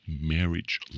marriage